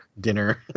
dinner